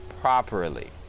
properly